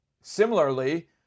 similarly